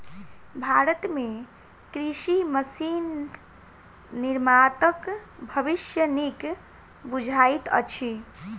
भारत मे कृषि मशीन निर्माताक भविष्य नीक बुझाइत अछि